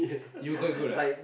you were quite good ah